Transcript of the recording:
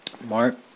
Mark